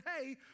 hey